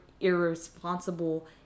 irresponsible